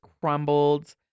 crumbled